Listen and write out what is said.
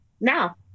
now